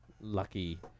lucky